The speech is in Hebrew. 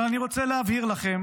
אבל אני רוצה להבהיר לכם